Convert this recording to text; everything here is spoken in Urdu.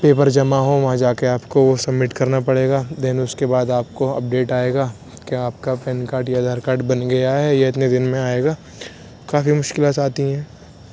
پیپر جمع ہوں وہاں جا کے آپ کو وہ سبمٹ کرنا پڑے گا دین اس کے بعد آپ کو اپڈیٹ آئے گا کہ آپ کا پین کارڈ یا آدھار کارڈ بن گیا ہے یا اتنے دن میں آئے گا کافی مشکلات آتی ہیں